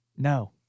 No